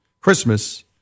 Christmas